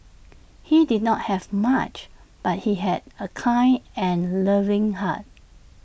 he did not have much but he had A kind and loving heart